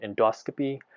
endoscopy